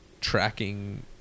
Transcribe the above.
Tracking